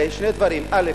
שני דברים: א.